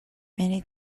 many